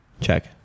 check